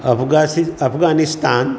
अफगासि Afghanistan